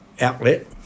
outlet